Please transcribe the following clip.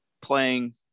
playing